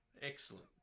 excellent